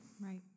Right